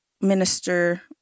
minister